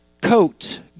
coat